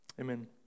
Amen